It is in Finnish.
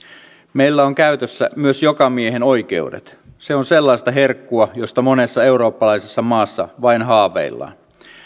meillä on käytössä myös jokamiehenoikeudet se on sellaista herkkua josta monessa eurooppalaisessa maassa vain haaveillaan